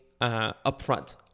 upfront